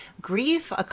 grief